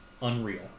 unreal